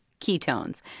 ketones